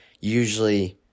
usually